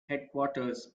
headquarters